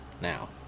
now